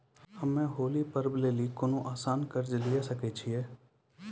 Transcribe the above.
हम्मय होली पर्व लेली कोनो आसान कर्ज लिये सकय छियै?